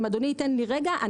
אם אדוני ייתן לי רגע.